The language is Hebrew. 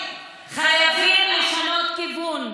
חייבים לשנות כיוון,